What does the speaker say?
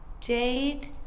Jade